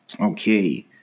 Okay